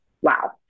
wow